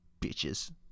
bitches